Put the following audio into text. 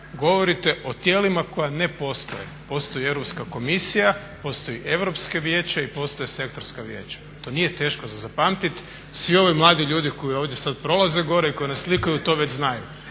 govorite o tijelima koja ne postoje. Postoji Europska komisija, postoji Europsko vijeće i postoje sektorska vijeća. To nije teško za zapamtiti. Svi ovi mladi ljudi koji ovdje sad prolaze gore i koji nas slikaju to već znaju,